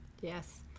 Yes